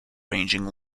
ranging